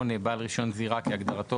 בסעיף 39 - (1) האמור בו יסומן כסעיף קטן (א),